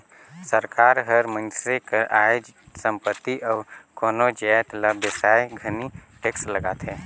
सरकार हर मइनसे कर आय, संपत्ति अउ कोनो जाएत ल बेसाए घनी टेक्स लगाथे